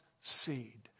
seed